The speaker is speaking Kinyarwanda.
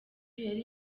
yari